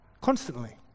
Constantly